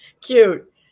Cute